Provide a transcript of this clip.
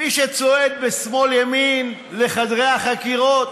מי שצועד בשמאל-ימין לחדרי החקירות